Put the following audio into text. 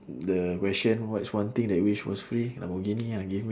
the question what is one thing that you wish was free lamborghini ah give me